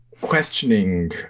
questioning